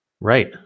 Right